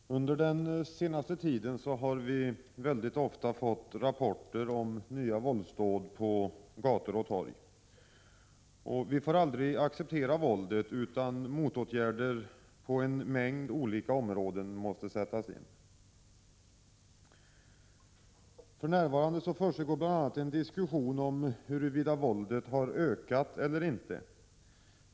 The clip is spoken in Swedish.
Herr talman! Under den senaste tiden har vi väldigt ofta fått rapporter om nya våldsdåd på gator och torg. Vi får aldrig acceptera våldet, utan motåtgärder på en mängd olika områden måste sättas in. För närvarande pågår en diskussion om huruvida våldet har ökat eller inte.